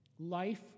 Life